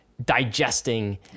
digesting